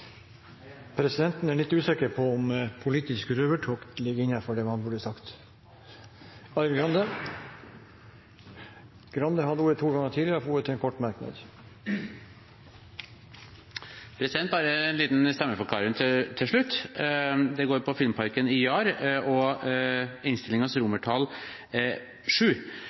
Presidenten er litt usikker på om uttrykket «politisk røvertokt» ligger innenfor det man burde sagt. Arild Grande har hatt ordet to ganger tidligere og får ordet til en kort merknad, begrenset til 1 minutt. Jeg har bare en liten stemmeforklaring til slutt. Det går på Filmparken på Jar og innstillingens VII om salg av statens aksjer i